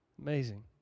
amazing